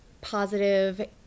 positive